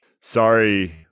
sorry